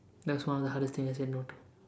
that's one of the hardest thing I said no to